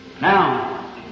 Now